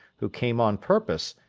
who came on purpose,